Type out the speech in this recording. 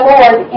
Lord